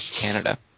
Canada